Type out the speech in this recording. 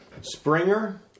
Springer